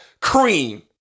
cream